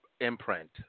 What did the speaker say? Imprint